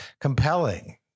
compelling